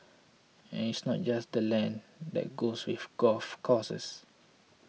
and it's not just the land that goes with golf courses